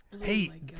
Hey